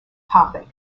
topic